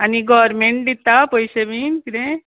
आनी गोरमेंट दिता पयशे बीन कितें